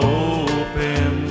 open